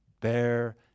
bear